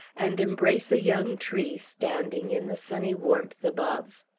and embrace a young tree standing in the sunny warmth above.